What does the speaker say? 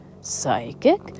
psychic